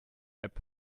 app